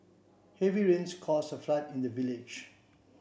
heavy rains cause a flood in the village